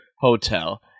hotel